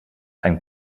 ein